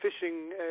fishing